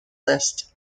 lists